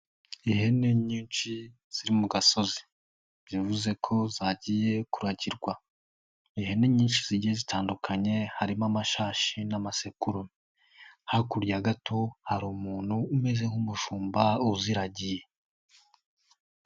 Ihene nyinshi ziri mu gasozi, bivuze ko zagiye kuragirwa. Ihene nyinshi zigiye zitandukanye harimo amashashi n'amasekurume, hakurya gato hari umuntu umeze nk'umushumba uziragiye.